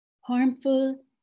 harmful